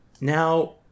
Now